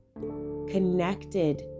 connected